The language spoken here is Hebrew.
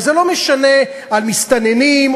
וזה לא משנה אם על מסתננים,